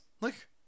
Look